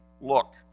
Look